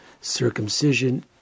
circumcision